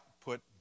put